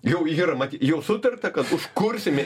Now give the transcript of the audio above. jau yra mat jau sutarta kad užkursime